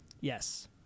Yes